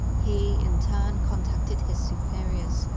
he in turn contacted his superiors,